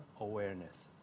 awareness